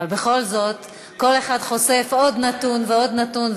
אבל בכל זאת כל אחד חושף עוד נתון ועוד נתון,